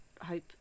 hope